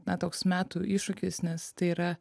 na toks metų iššūkis nes tai yra